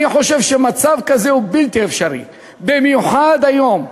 אני חושב שמצב כזה הוא בלתי אפשרי במיוחד היום,